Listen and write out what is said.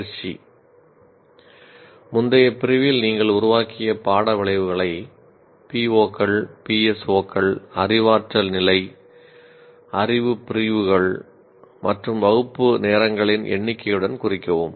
பயிற்சி முந்தைய பிரிவில் நீங்கள் உருவாக்கிய பாட விளைவுகளை பிஓக்கள் பிஎஸ்ஓக்கள் அறிவாற்றல் நிலை அறிவு பிரிவுகள் மற்றும் வகுப்பு நேரங்களின் எண்ணிக்கையுடன் குறிக்கவும்